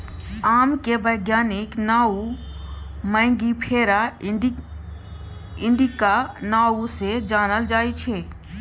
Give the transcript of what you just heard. आमक बैज्ञानिक नाओ मैंगिफेरा इंडिका नाओ सँ जानल जाइ छै